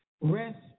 rest